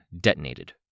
detonated